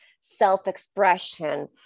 self-expression